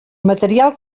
material